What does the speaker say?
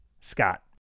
Scott